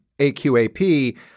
AQAP